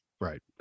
Right